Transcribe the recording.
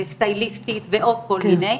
לסטייליסט ולעוד כל מיני דברים,